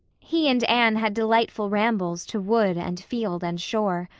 he and anne had delightful rambles to wood and field and shore.